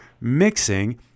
mixing